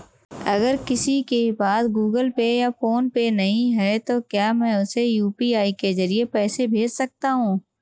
अगर किसी के पास गूगल पे या फोनपे नहीं है तो क्या मैं उसे यू.पी.आई के ज़रिए पैसे भेज सकता हूं?